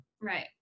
right